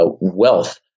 wealth